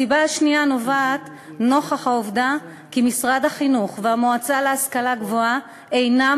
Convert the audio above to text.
הסיבה השנייה נובעת מהעובדה שמשרד החינוך והמועצה להשכלה גבוהה אינם